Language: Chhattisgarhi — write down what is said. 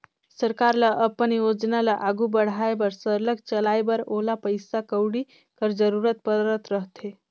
सरकार ल अपन योजना ल आघु बढ़ाए बर सरलग चलाए बर ओला पइसा कउड़ी कर जरूरत परत रहथे